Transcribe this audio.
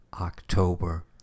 October